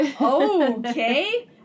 Okay